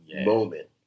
moment